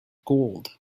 gold